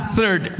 third